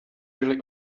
really